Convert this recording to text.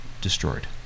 destroyed